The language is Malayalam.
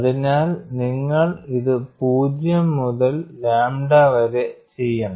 അതിനാൽ നിങ്ങൾ ഇത് 0 മുതൽ ലാംഡ വരെ ചെയ്യണം